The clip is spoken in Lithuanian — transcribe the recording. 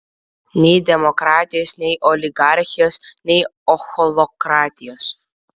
nei demokratijos nei oligarchijos nei ochlokratijos